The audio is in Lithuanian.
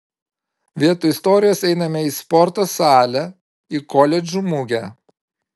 vietoj istorijos einame į sporto salę į koledžų mugę